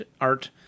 art